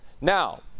Now